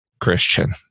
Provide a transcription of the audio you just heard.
Christian